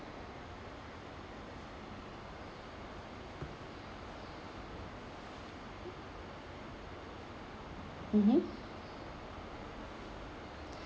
mmhmm